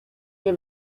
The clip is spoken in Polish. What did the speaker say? nie